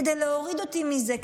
כדי להוריד אותי מזה,